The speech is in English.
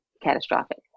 catastrophic